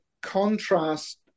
contrast